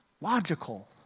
logical